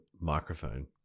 microphone